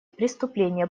преступления